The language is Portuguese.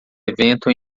evento